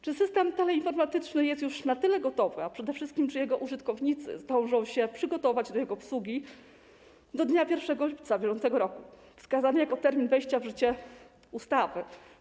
Czy system teleinformatyczny jest już na tyle gotowy, a przede wszystkim czy jego użytkownicy zdążą się przygotować do jego obsługi do dnia 1 lipca br., wskazanego jako termin wejścia w życie ustawy?